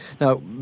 now